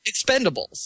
Expendables